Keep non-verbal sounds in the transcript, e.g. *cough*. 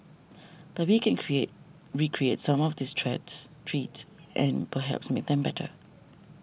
but we can create recreate some of these *unintelligible* treats and perhaps make them better